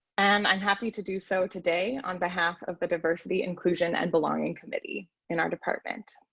and i'm happy to do so today on behalf of the diversity inclusion and belonging committee in our department.